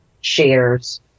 shares